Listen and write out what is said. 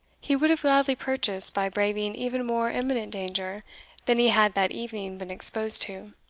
he would have gladly purchased by braving even more imminent danger than he had that evening been exposed to.